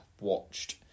watched